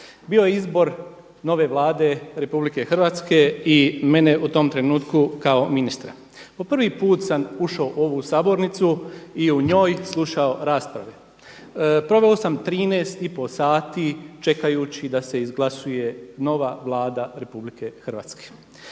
Bio je izbor nove Vlade RH i mene u tom trenutku kao ministra. Po prvi put sam ušao u ovu sabornicu i u njoj slušao rasprave. Proveo sam 13,5 sati čekajući da se izglasuje nova Vlada RH.